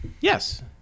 Yes